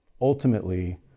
ultimately